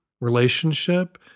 relationship